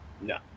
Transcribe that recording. No